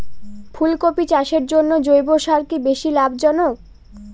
ফুলকপি চাষের জন্য জৈব সার কি বেশী লাভজনক?